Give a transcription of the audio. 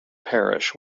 parish